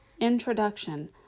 Introduction